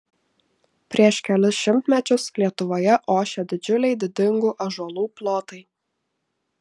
prieš kelis šimtmečius lietuvoje ošė didžiuliai didingų ąžuolų plotai